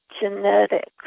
genetics